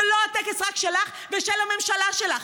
זה לא הטקס רק שלך ושל הממשלה שלך,